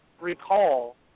recall